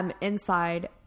inside